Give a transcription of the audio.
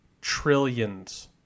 trillions